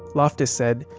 loftus said,